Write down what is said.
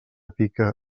pica